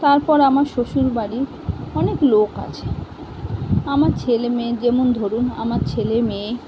তারপর আমার শ্বশুরবাড়ির অনেক লোক আছে আমার ছেলে মেয়ে যেমন ধরুন আমার ছেলে মেয়ে